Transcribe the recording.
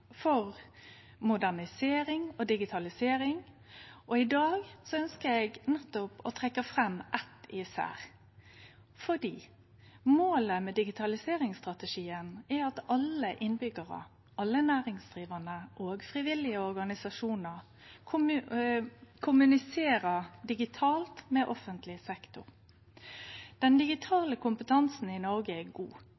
for modernisering og digitalisering. I dag ønskjer eg å trekkje fram eit især, for målet med digitaliseringsstrategien er at alle innbyggjarar, alle næringsdrivande og frivillige organisasjonar kommuniserer digitalt med offentleg sektor. Den